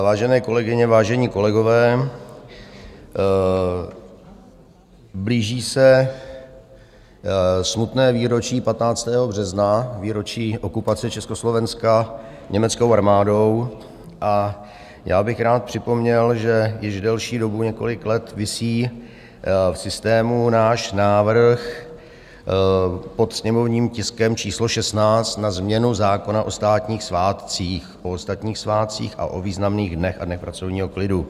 Vážené kolegyně, vážení kolegové, blíží se smutné výročí 15. března, výročí okupace Československa německou armádou, a já bych rád připomněl, že již delší dobu, několik let, visí v systému náš návrh pod sněmovním tiskem číslo 16 na změnu zákona o státních svátcích, o ostatních svátcích a o významných dnech a dnech pracovního klidu.